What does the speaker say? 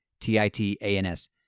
T-I-T-A-N-S